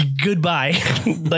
Goodbye